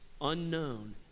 unknown